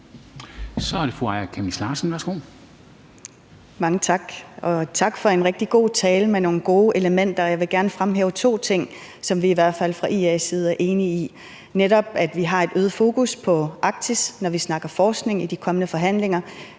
Kl. 13:18 Aaja Chemnitz Larsen (IA): Mange tak, og tak for en rigtig god tale med nogle gode elementer. Jeg vil gerne fremhæve to ting, som vi i hvert fald fra IA's side er enige i, og det drejer sig netop om, at vi har et øget fokus på Arktis, når vi snakker forskning i de kommende forhandlinger,